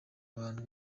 abantu